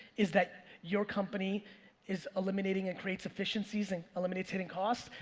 is that your company is eliminating and creates efficiencies, and eliminates hidden costs.